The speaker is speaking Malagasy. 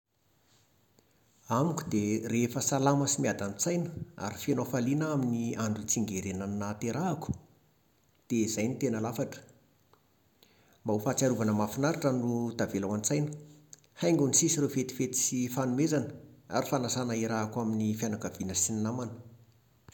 Amiko dia rehefa salama sy miadan-tsaina ary feno hafaliana aho amin'ny andro itsingerenan'ny nahaterahako, dia izay no tena lafatra. Mba ho fahatsiarovana mahafinaritra no ho tavela ao an-tsaina. Haingony sisa ireo fetifety sy fanomezana, ary fanasana iarahako amin'ny fianakaviana sy ny namana.